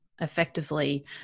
effectively